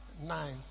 nine